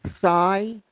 PSI